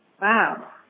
Wow